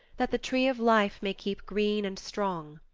that the tree of life may keep green and strong.